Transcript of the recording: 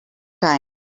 time